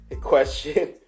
question